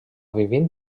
vivint